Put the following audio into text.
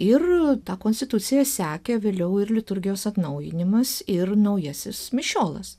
ir ta konstitucija sekė vėliau ir liturgijos atnaujinimas ir naujasis mišiolas